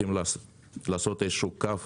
צריכים לשים קו